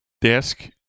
desk